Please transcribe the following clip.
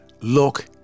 look